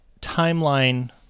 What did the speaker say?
timeline